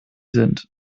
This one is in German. sind